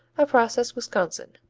a processed wisconsin.